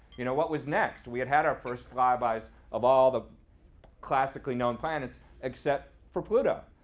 you know, what was next? we had had our first flybys of all the classically known planets except for pluto.